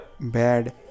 bad